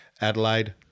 Adelaide